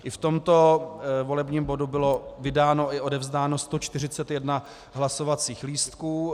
I v tomto volebním bodu bylo vydáno i odevzdáno 141 hlasovacích lístků.